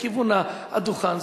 לכיוון הדוכן,